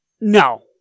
No